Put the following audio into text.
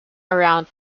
around